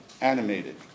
animated